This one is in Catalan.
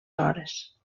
hores